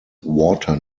water